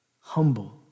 Humble